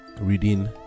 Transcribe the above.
reading